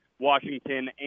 washington